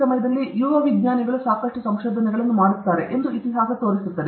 ಸಮಯದಲ್ಲಿ ಯುವ ವಿಜ್ಞಾನಿಗಳು ಸಾಕಷ್ಟು ಸಂಶೋಧನೆಗಳನ್ನು ಮಾಡುತ್ತಾರೆ ಎಂದು ಇತಿಹಾಸ ತೋರಿಸುತ್ತದೆ